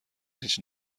هیچ